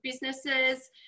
businesses